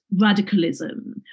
radicalism